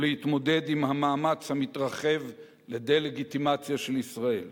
ולהתמודד עם המאמץ המתרחב לדה-לגיטימציה של ישראל.